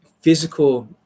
physical